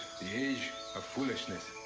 the age of foolishness.